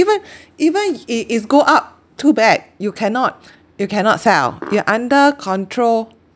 even even i~ if go up too bad you cannot you cannot sell it under control